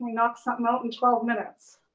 knock something out in twelve minutes.